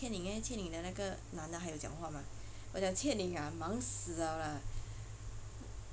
qie ning leh qie ning 的那个男的还有讲话吗我讲啊忙死了啦:de na ge nan de hai you jiang hua ma wo jiang a mang si liao la